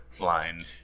line